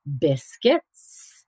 Biscuits